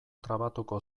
trabatuko